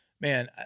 Man